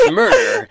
murder